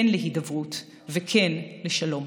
כן להידברות וכן לשלום.